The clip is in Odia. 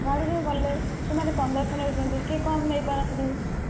ଗାଡ଼ିରେ ଗଲେ ସେମାନେ ପନ୍ଦର ସହ ନେଉଛନ୍ତି କିଏ କମ ନେଇ ପାରନ୍ତି